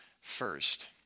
first